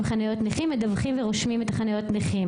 חניות נכים מדווחות ורושמות את חניות הנכים